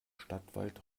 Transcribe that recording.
stadtwald